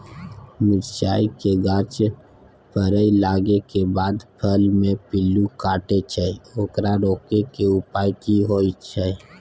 मिरचाय के गाछ फरय लागे के बाद फल में पिल्लू काटे छै ओकरा रोके के उपाय कि होय है?